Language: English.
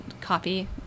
copy